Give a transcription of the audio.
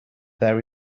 there